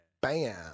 Bam